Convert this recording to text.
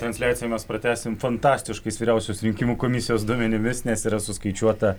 transliaciją mes pratęsim fantastiškais vyriausiosios rinkimų komisijos duomenimis nes yra suskaičiuota